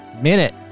minute